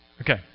Okay